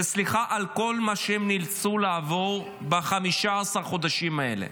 וסליחה על כל מה שהם נאלצו לעבור ב-15 החודשים האלה.